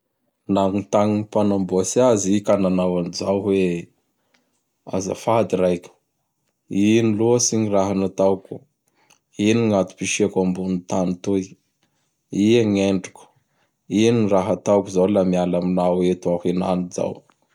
Nagnotagny ny mpanamboatsy azy i ka nanao an zao hoe: azafady raiky, ino loatsy gny raha nataoko? Ino gn'atom-pisiako ambon tany toy? Ia gn'Endriko? Ino gn raha ataoko zao laha miala aminao eto aho henany zao?